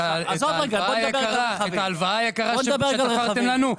את ההלוואה היקרה שתפרתם לנו?